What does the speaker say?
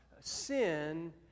sin